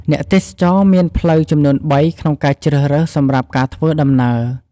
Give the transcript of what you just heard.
អ្នកទេសចរមានផ្លូវចំនួន៣ក្នុងការជ្រើសរើសសម្រាប់ការធ្វើដំណើរ។